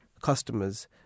customers